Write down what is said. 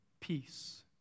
peace